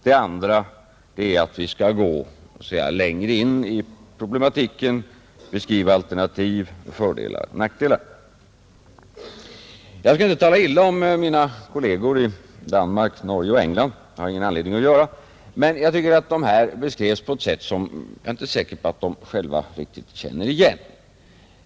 Det andra är att vi skall gå längre in i problemet, beskriva alternativ, fördelar och nackdelar. Jag skall inte tala illa om mina kolleger i Danmark, Norge och England — det har jag ingen anledning att göra — men jag tycker att deras informationsskrifter har beskrivits på ett sådant sätt att jag inte är säker på att de själva känner igen dem.